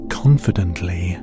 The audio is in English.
confidently